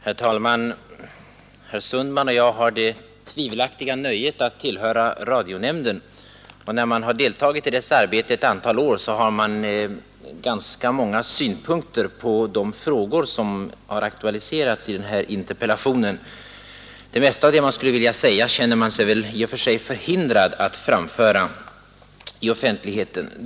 Herr talman! Herr Sundman och jag har det tvivelaktiga nöjet att tillhöra radionämnden. När man har deltagit i dess arbete ett antal år, har man ganska många synpunkter på de frågor som har aktualiserats i den här interpellationen. Det mesta av det man skulle vilja säga känner man sig väl i och för sig förhindrad att framföra i offentligheten.